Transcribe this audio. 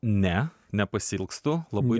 ne nepasiilgstu labai